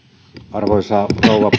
arvoisa rouva